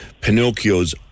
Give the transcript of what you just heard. Pinocchios